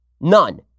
none